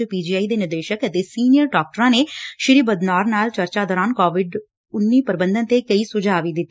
ਚ P G I ਦੇ ਨਿਦੇਸ਼ਕ ਅਤੇ ਸੀਨੀਅਰ ਡਾਕਟਰਾਂ ਨੇ ਸ੍ਰੀ ਬਦਨੌਰ ਨਾਲ ਚਰਚਾ ਦੌਰਾਨ ਕੋਵਿਡ ਪ੍ਬੰਧਨ ਤੇ ਕਈ ਸੁਝਾਅ ਵੀ ਦਿੱਤੇ